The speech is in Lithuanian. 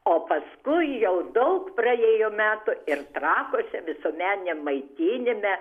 o paskui jau daug praėjo metų ir trakuose visuomeniniam maitinime